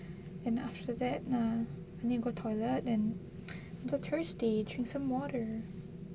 then after uh I need to go toilet and I'm so thirsty drink some water